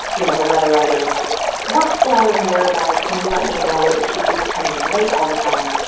you know, the letter writers workflow and whereabouts, can you let me know if she keeps coming in late all the time?